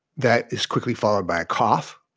that is quickly followed by a cough,